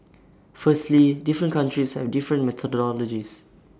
firstly different countries have different methodologies